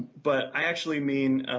but i actually mean,